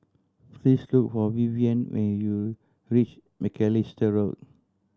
please look for Vivian when you reach Macalister Road